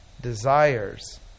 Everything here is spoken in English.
desires